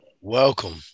Welcome